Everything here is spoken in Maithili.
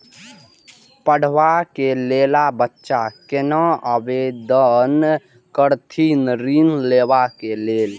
पढ़वा कै लैल बच्चा कैना आवेदन करथिन ऋण लेवा के लेल?